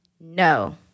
No